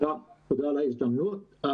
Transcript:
תודה על ההזדמנות.